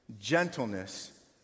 gentleness